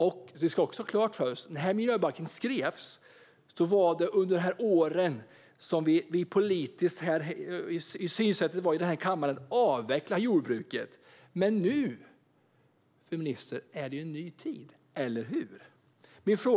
Vi ska också ha klart för oss att den skrevs under de åren då den politiska synen på jordbruket i den här kammaren gick ut på att det skulle avvecklas. Men nu är det en ny tid. Eller hur, ministern?